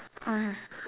(uh huh)